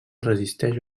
resisteix